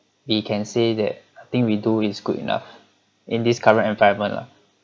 we can say that nothing we do is good enough in this current environment lah